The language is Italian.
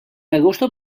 agosto